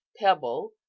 pebble